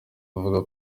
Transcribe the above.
avuga